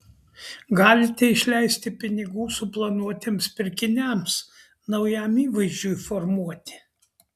galite išleisti pinigų suplanuotiems pirkiniams naujam įvaizdžiui formuoti